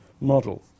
model